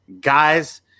guys